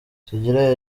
sugira